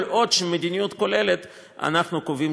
כל עוד מדיניות כוללת אנחנו קובעים,